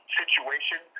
situation